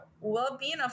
well-being